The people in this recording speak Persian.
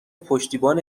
پشتیبان